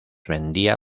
vendía